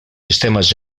sistemes